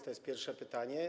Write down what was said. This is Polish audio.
To jest pierwsze pytanie.